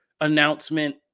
announcement